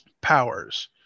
powers